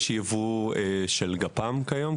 יש יבוא של גפ"מ כיום,